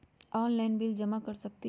Online bill जमा कर सकती ह?